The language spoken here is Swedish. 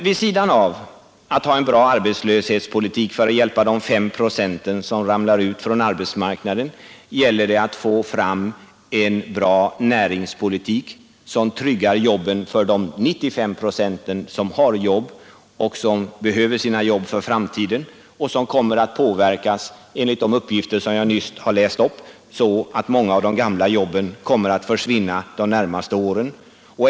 Vid sidan av att ha ett bra arbetslöshetsunderstöd för att hjälpa de fem procenten som ramlar ut från arbetsmarknaden gäller det att få fram en bra näringspolitik, som tryggar jobben för de 95 procenten som har jobb och som behöver sina jobb för framtiden och som — enligt de uppgifter jag nyss läst upp — kommer att påverkas av att många av de gamla jobben kommer att försvinna de närmaste åren.